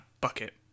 bucket